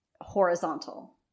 horizontal